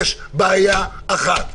יש בעיה אחת,